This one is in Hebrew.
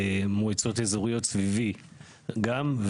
מועצות אזוריות סביבי גם.